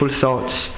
thoughts